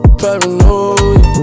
paranoia